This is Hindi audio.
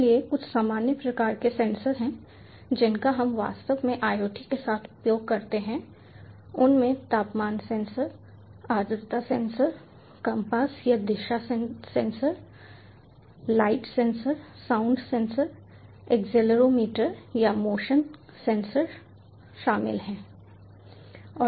इसलिए कुछ सामान्य प्रकार के सेंसर हैं जिनका हम वास्तव में IoT के साथ उपयोग करते हैं उनमें तापमान सेंसर आर्द्रता सेंसर कम्पास या दिशा sensor light sensor sound sensor accelerometer या मोशन सेंसर शामिल हैं